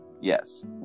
Yes